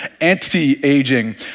anti-aging